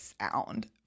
sound